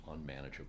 unmanageable